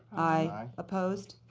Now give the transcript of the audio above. aye. opposed.